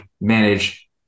manage